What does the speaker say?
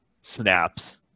snaps